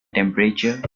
temperature